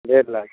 ڈیڑھ لاکھ